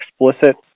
explicit